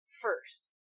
first